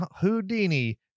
Houdini